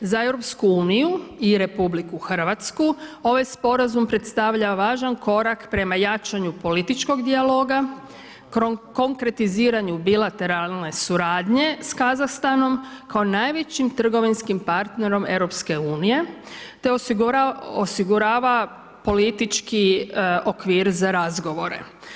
Za EU i RH ovaj sporazum predstavlja važan korak prema jačanju političkog dijaloga, konkretiziranju bilateralne suradnje sa Kazahstanom kao najvećim trgovinskim partnerom EU, te osigurava politički okvir za razgovore.